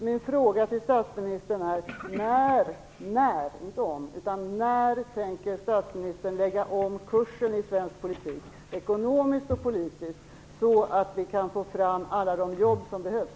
Min fråga till statsministern är: När - inte om - tänker statsministern lägga om kursen i svensk politik, ekonomiskt och politiskt, så att vi kan få fram alla de jobb som behövs?